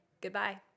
Goodbye